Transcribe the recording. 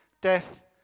death